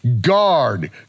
Guard